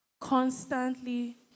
constantly